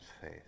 faith